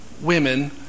women